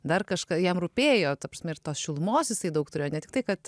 dar kažką jam rūpėjo ta prasme ir šilumos jisai daug turėjo ne tiktai kad